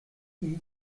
igitt